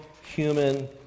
human